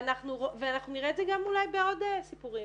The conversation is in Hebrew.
ואנחנו נראה את זה גם אולי בעוד סיפורים,